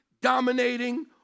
dominating